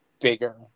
bigger